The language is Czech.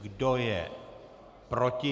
Kdo je proti?